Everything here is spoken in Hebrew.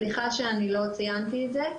סליחה שלא ציינתי את זה.